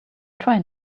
trying